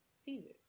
Caesar's